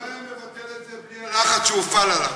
הוא לא היה מבטל את זה בלי הלחץ שהופעל עליו.